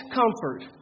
comfort